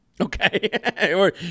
Okay